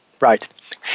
Right